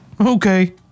Okay